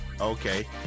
Okay